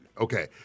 okay